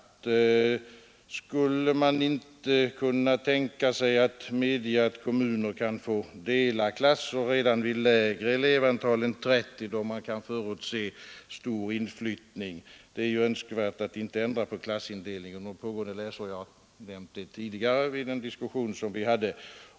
Skulle man inte kunna tänka sig att kommuner kunde få dela klasser redan vid lägre elevantal än 30, då man kan förutse stor inflyttning? Det är ju önskvärt att inte ändra på klassindelningen under pågående läsår. Det har jag framhållit tidigare i en diskussion som vi förde.